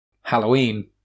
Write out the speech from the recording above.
Halloween